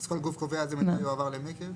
אז כל גוף קובע איזה מידע יועבר למי כאילו?